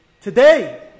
today